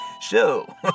show